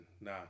nah